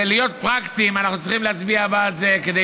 וכדי היות פרקטיים אנחנו צריכים להצביע בעד זה כדי